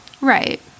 Right